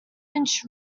inch